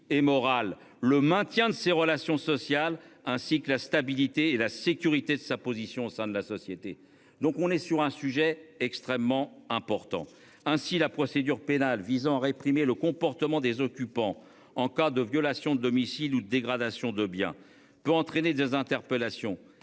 et morale, le maintien de ces relations sociales ainsi que la stabilité et la sécurité de sa position au sein de la société, donc on est sur un sujet extrêmement important. Ainsi la procédure pénale visant à réprimer le comportement des occupants en cas de violation de domicile ou dégradations de biens peut entraîner des interpellations.